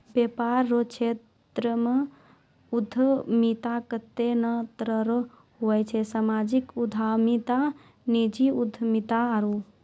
वेपार रो क्षेत्रमे उद्यमिता कत्ते ने तरह रो हुवै छै सामाजिक उद्यमिता नीजी उद्यमिता आरु